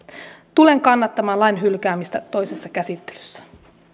tulen kannattamaan lain hylkäämistä toisessa käsittelyssä